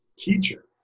teacher